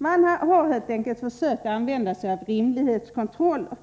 Revisorerna har helt enkelt försökt använda sig av rimlighetskontroller.